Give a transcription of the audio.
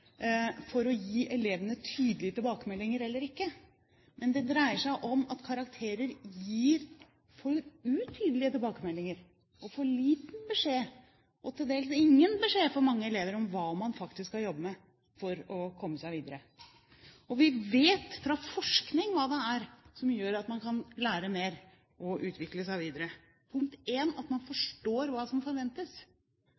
for å gi elevene tydelige tilbakemeldinger eller ikke, men det dreier seg om at karakterer gir for utydelige tilbakemeldinger og for liten beskjed og til dels ingen beskjed for mange elever om hva man faktisk skal jobbe med for å komme seg videre. Vi vet fra forskning hva det er som gjør at man kan lære mer og utvikle seg videre: at man forstår hva som forventes at man